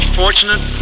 fortunate